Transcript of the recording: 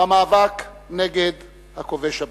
במאבק נגד הכובש הבריטי.